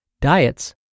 Diets